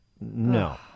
No